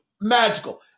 Magical